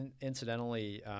incidentally –